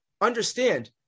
understand